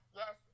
yes